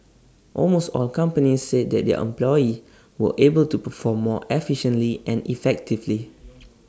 almost all companies said that their employees were able to perform more efficiently and effectively